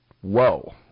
whoa